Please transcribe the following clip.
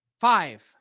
five